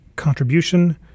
contribution